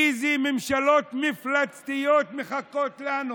איזה ממשלות מפלצתיות מחכות לנו.